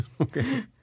Okay